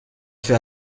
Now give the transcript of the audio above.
fait